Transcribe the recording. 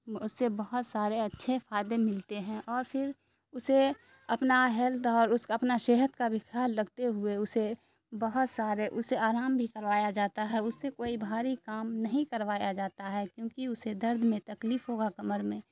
اس سے بہت سارے اچھے فائدے ملتے ہیں اور پھر اسے اپنا ہیلتھ اور اس اپنا صحت کا بھی خیال رکھتے ہوئے اسے بہت سارے اسے آرام بھی کروایا جاتا ہے اس سے کوئی بھاری کام نہیں کروایا جاتا ہے کیونکہ اسے درد میں تکلیف ہوگا کمر میں